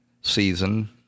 season